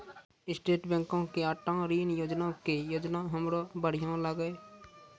state बैंको के auto ऋण योजना के योजना हमरा बढ़िया लागलै